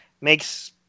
makes